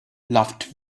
laughed